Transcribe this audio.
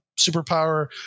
superpower